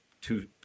two